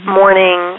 morning